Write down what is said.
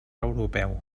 europeu